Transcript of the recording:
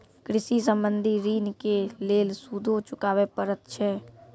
कृषि संबंधी ॠण के लेल सूदो चुकावे पड़त छै?